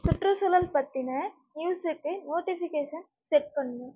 சுற்றுச்சூழல் பற்றின நியூஸுக்கு நோட்டிஃபிகேஷன் செட் பண்ணு